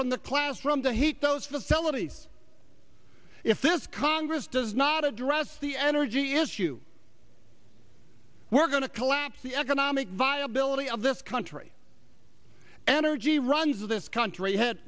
from the classroom to heat those facilities if since congress does not address the energy issue we're going to collapse the economic viability of this country energy runs this country had